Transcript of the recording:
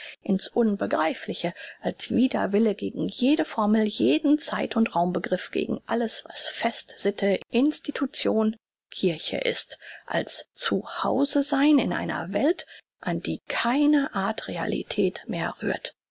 in's unbegreifliche als widerwille gegen jede formel jeden zeit und raumbegriff gegen alles was fest sitte institution kirche ist als zu hause sein in einer welt an die keine art realität mehr rührt